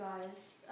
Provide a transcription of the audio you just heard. guys